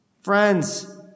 Friends